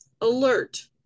Alert